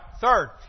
third